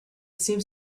seemed